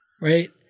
Right